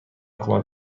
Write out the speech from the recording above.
کمک